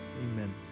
amen